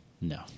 No